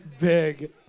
big